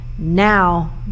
now